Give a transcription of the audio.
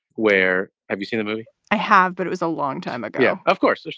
where have you seen the movie? i have, but it was a long time ago. yeah of course,